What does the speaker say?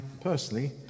personally